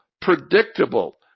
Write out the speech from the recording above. predictable